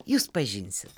jūs pažinsit